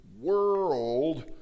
world